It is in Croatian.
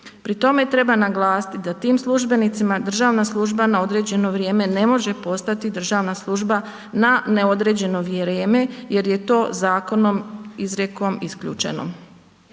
Pri tome treba naglasiti da tim službenicima državna služba na određeno vrijeme ne može postati državna služba na neodređeno vrijeme jer je to zakonom, izrijekom isključeno.